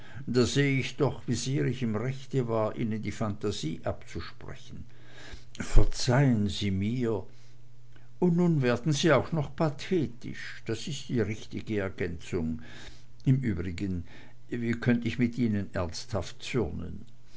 da seh ich doch wie sehr ich im rechte war ihnen die phantasie abzusprechen verzeihen sie mir und nun werden sie auch noch pathetisch das ist die richtige ergänzung im übrigen wie könnt ich mit ihnen ernsthaft